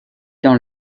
dans